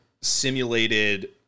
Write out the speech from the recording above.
simulated